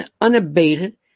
unabated